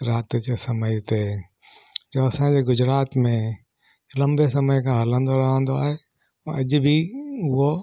राति जे समय ते जो असांजे गुजरात में लंबे समय खां हलंदो रहंदो आहे अॼु बि उहो